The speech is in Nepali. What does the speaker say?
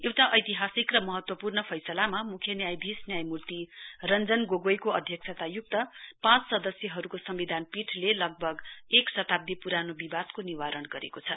एउटा ऐतिहासिक र महत्वपूर्ण फैसलामा म्ख्य न्यायाधीश न्यायमूर्ति रंजन गोगोईको अध्यक्षताय्क्त पाँच सदस्यहरूको सम्विधान पीठले लगभग एक शताब्दी पुरानो विवादको निवारण गरेको छ